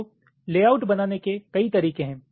तो लेआउट बनाने के कई तरीके हैं